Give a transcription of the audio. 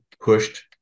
pushed